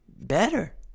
better